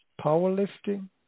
powerlifting